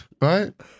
right